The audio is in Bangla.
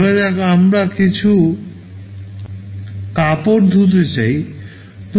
ধরা যাক আমরা কিছু কাপড় ধুতে চাই